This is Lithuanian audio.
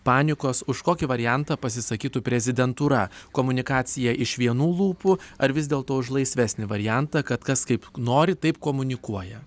panikos už kokį variantą pasisakytų prezidentūra komunikacija iš vienų lūpų ar vis dėlto už laisvesnį variantą kad kas kaip nori taip komunikuoja